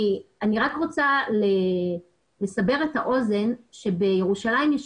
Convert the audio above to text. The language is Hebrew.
אני רק רוצה לסבר את האוזן ולומר שבירושלים יש